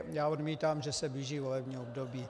Já odmítám, že se blíží volební období.